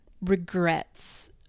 regrets